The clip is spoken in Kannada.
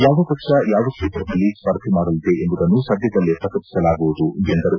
ಯಾವ ಪಕ್ಷ ಯಾವ ಕ್ಷೇತ್ರದಲ್ಲಿ ಸ್ಪರ್ಧೆ ಮಾಡಲಿದೆ ಎಂಬುದನ್ನು ಸದ್ಯದಲ್ಲೇ ಪ್ರಕಟಿಸಲಾಗುವುದು ಎಂದರು